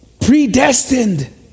Predestined